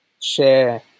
share